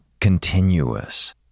continuous